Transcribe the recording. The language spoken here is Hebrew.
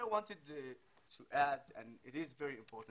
אם אפשר